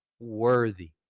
worthy